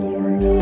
Lord